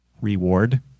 reward